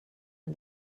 and